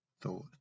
thought